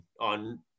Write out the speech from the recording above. on